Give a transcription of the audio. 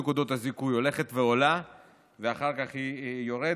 מספר נקודות הזיכוי הולך ועולה ואחר כך הוא יורד.